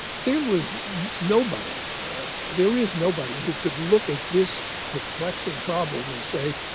there was nobody there is nobody who could look at this perplexing problem and say,